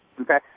okay